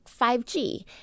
5G